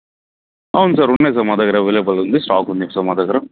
అవును సార్ ఉన్నాయి సార్ మా దగ్గర అవైలబుల్ ఉంది స్టాక్ ఉంది సార్ మా దగ్గర